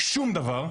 שום דבר.